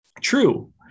True